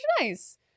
nice